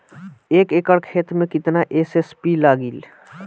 एक एकड़ खेत मे कितना एस.एस.पी लागिल?